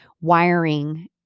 wiring